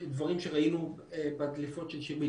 דברים שראינו בדליפות של שירביט.